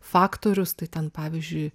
faktorius tai ten pavyzdžiui